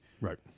Right